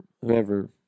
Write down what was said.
whoever